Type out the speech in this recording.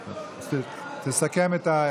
תסכם.